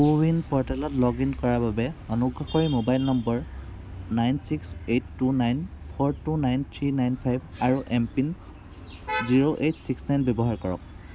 কো win প'ৰ্টেলত log in কৰাৰ বাবে অনুগ্ৰহ কৰি mobile number nine six eight two nine four two nine three nine five আৰু M PIN zero eight six nine ব্যৱহাৰ কৰক